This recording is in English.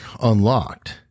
unlocked